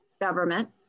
government